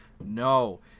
no